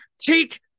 cheat